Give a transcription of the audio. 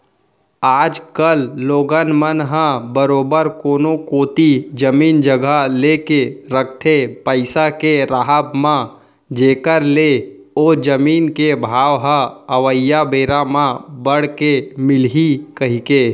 आज कल लोगन मन ह बरोबर कोनो कोती जमीन जघा लेके रखथे पइसा के राहब म जेखर ले ओ जमीन के भाव ह अवइया बेरा म बड़ के मिलही कहिके